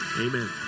Amen